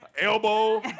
elbow